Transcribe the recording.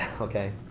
Okay